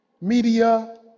media